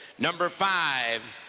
number five,